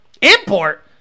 Import